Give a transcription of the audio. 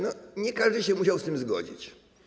Nie każdy się musiał z tym zgodzić.